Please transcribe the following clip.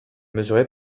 mesurée